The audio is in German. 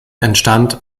entstand